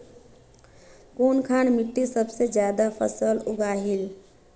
कुनखान मिट्टी सबसे ज्यादा फसल उगहिल?